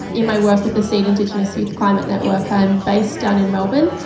in my work with the seed indigenous youth climate network i am based down in melbourne.